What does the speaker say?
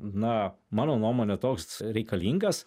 na mano nuomone toks reikalingas